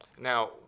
Now